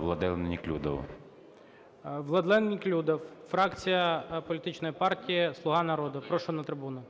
Владлену Неклюдову. ГОЛОВУЮЧИЙ. Владлен Неклюдов, фракція політичної партії "Слуга народу", прошу на трибуну.